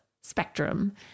spectrum